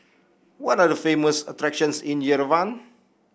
what are the famous attractions in Yerevan